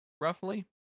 roughly